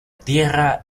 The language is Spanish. tierra